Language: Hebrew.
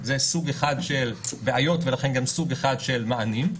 זה סוג אחד של בעיות ולכן גם סוג אחד של מענים.